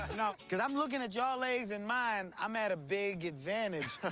no, cause i'm lookin at y'all legs and mine, i'm at a big advantage.